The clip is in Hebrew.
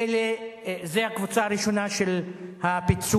זאת הקבוצה הראשונה של הפיצוי,